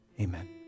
amen